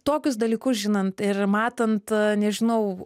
tokius dalykus žinant ir matant nežinau